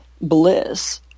bliss